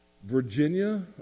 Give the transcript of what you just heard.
Virginia